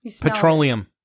Petroleum